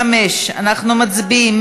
35, אנחנו מצביעים.